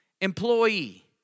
employee